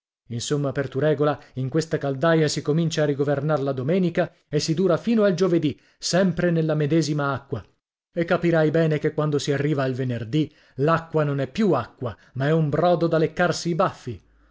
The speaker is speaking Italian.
insomma per tu regola in questa caldaia si comincia a rigovernar la domenica e si dura fino al giovedì sempre nella medesima acqua e capirai bene che quando si arriva al venerdì l'acqua non è più acqua ma è un brodo da leccarsi i baffi